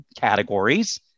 categories